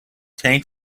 tang